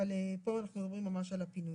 אבל פה אנחנו מדברים ממש על הפינוי.